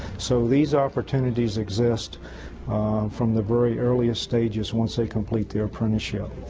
so these opportunities exist from the very earliest stages once they complete their apprenticeship.